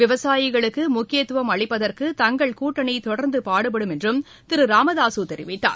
விவசாயிகளுக்கு முக்கியத்தும் அளிப்பதற்கு தங்கள் கூட்டணி தொடர்ந்து பாடுபடும் என்றும் திரு ராமதாசு தெரிவித்தார்